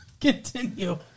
Continue